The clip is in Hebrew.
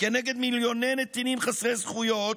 נגד מיליוני נתינים חסרי זכויות,